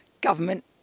government